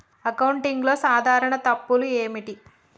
అకౌంటింగ్లో సాధారణ తప్పులు ఏమిటి?